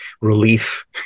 relief